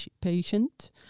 patient